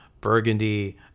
Burgundy